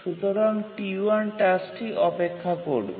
সুতরাং T1 টাস্কটি অপেক্ষা করবে